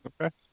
Okay